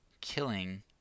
killing